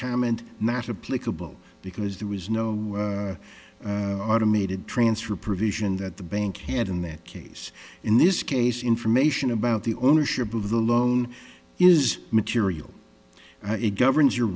cabal because there was no automated transfer provision that the bank had in that case in this case information about the ownership of the loan is material it governs your